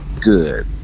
good